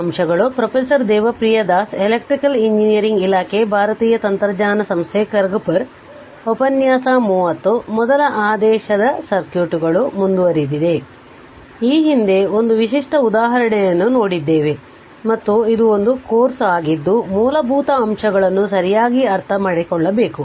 ಆದ್ದರಿಂದ ಈ ಹಿಂದೆ ಒಂದು ವಿಶಿಷ್ಟ ಉದಾಹರಣೆಯನ್ನು ನೋಡಿದ್ದೇವೆ ಮತ್ತು ಇದು ಒಂದು ಕೋರ್ಸ್ ಆಗಿದ್ದು ಮೂಲಭೂತ ಅಂಶಗಳನ್ನು ಸರಿಯಾಗಿ ಅರ್ಥಮಾಡಿಕೊಳ್ಳಬೇಕು